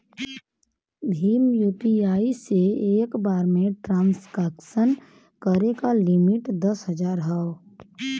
Bhim UPI से एक बार में ट्रांसक्शन करे क लिमिट दस हजार हौ